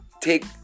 take